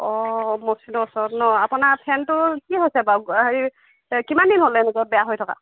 অঁ মছজিদৰ ওচৰত ন আপোনাৰ ফেনটো কি হৈছে বাৰু হেৰি কিমানদিন হ'ল এনেকুৱা বেয়া হৈ থকা